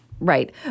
Right